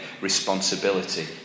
responsibility